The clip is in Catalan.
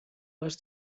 les